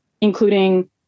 including